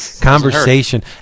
conversation